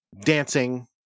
dancing